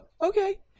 Okay